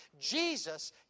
Jesus